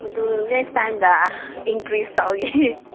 ꯑꯗꯨ ꯅꯦꯛꯁ ꯇꯥꯏꯝꯗ ꯏꯟꯀ꯭ꯔꯤꯁ ꯇꯧꯒꯦ